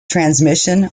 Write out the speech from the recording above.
transmission